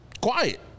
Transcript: quiet